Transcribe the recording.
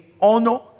honor